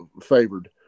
favored